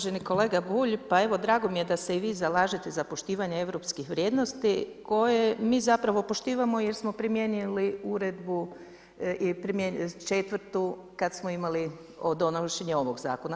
Uvaženi kolega Bulj, pa evo drago mi je da se i vi zalažete za poštivanje europskih vrijednosti koje mi zapravo poštivamo jer smo primijenili uredbu 4. kad smo imali o donošenju ovoga zakona.